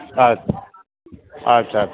અચ્છા અચ્છા